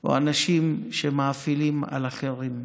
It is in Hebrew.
או אנשים שמאפילים על אחרים.